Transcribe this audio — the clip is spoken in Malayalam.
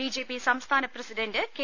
ബി ജെ പി സംസ്ഥാന പ്രസിഡന്റ് കെ